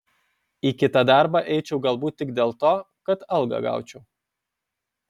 į kitą darbą eičiau galbūt tik dėl to kad algą gaučiau